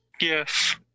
yes